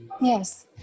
Yes